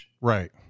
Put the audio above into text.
Right